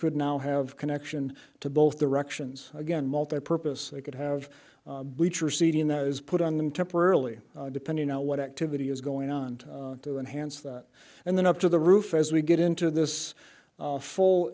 could now have connection to both directions again multi purpose they could have bleachers seeding that is put on them temporarily depending on what activity is going on to enhance that and then up to the roof as we get into this full